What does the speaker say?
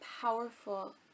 powerful